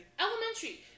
Elementary